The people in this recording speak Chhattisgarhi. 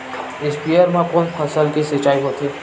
स्पीयर म कोन फसल के सिंचाई होथे?